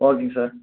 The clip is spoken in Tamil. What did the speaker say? ஓகேங்க சார்